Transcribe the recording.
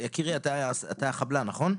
יקירי, אתה חבלן, נכון?